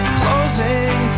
closing